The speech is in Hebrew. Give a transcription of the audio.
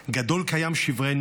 גדול כים שברנו,